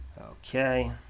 Okay